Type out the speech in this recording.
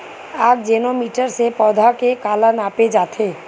आकजेनो मीटर से पौधा के काला नापे जाथे?